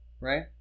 right